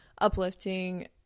uplifting